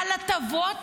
על הטבות